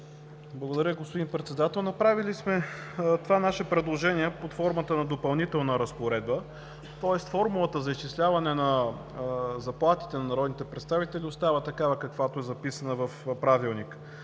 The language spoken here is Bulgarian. Благодаря, господин Председател. Направили сме това наше предложение под формата на Допълнителна разпоредба, тоест формулата за изчисляване на заплатите на народните представители остава такава, каквато е записана в Правилника,